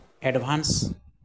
advance